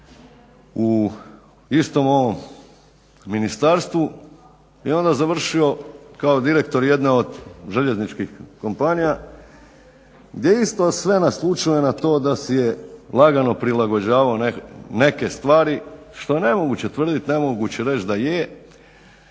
u istom ovom ministarstvu i onda završio kao direktor jedne od željezničkih kompanija gdje isto sve naslućuje na to da si je lagano prilagođavao neke stvari što je nemoguće tvrditi, nemoguće reći da je